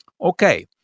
Okay